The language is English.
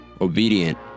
obedient